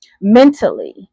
Mentally